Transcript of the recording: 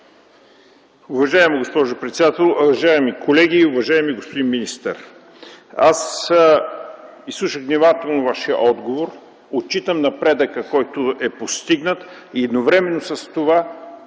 Уважаема госпожо председател, уважаеми колеги, уважаеми господин министър! Изслушах внимателно Вашия отговор. Отчитам напредъка, който е постигнат, и едновременно с това